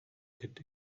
could